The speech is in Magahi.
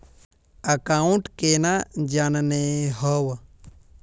अकाउंट केना जाननेहव?